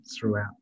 throughout